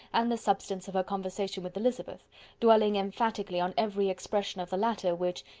and the substance of her conversation with elizabeth dwelling emphatically on every expression of the latter which,